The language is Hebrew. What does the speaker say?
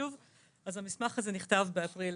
המסמך הזה נכתב באפריל